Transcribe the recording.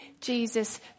Jesus